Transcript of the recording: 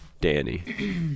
Danny